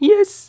Yes